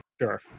Sure